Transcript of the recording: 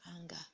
anger